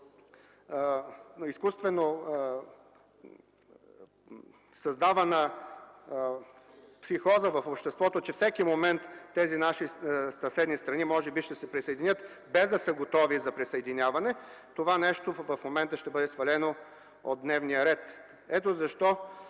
изкуствено създавана психоза в обществото, че всеки момент тези наши съседни страни може би ще се присъединят, без да са готови за присъединяване – това нещо ще бъде свалено от дневния ред. Ето защо